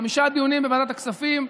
בחמישה דיונים בוועדת הכספים,